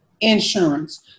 insurance